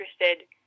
interested